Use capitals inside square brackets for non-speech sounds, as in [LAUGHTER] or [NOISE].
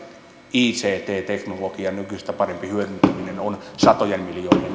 ict teknologian nykyistä parempi hyödyntäminen on satojen miljoonien [UNINTELLIGIBLE]